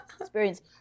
experience